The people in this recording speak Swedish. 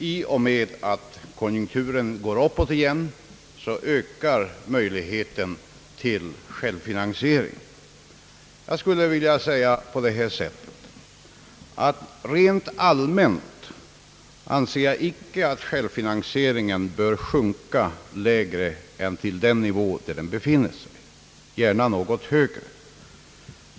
I och med att konjunkturen vänder uppåt igen ökar möjligheten till självfinansiering. Jag skulle vilja uttrycka saken på följande sätt. Rent allmänt anser jag icke att självfinansieringen bör sjunka lägre än den nivå, där den för närvarande befinner sig. Den kan gärna vara något högre.